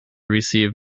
receive